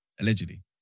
Allegedly